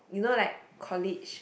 you know like collage